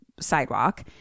sidewalk